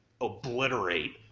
obliterate